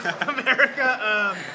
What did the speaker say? America